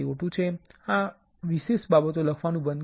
હું આ વિશેષ બાબતો લખવાનું બંધ કરીશ